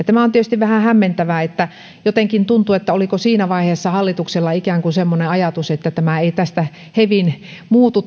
tämä on tietysti vähän hämmentävää jotenkin tuntuu että oliko siinä vaiheessa hallituksella ikään kuin semmoinen ajatus että tämä talouden näkymä ei tästä hevin muutu